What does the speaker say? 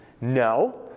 No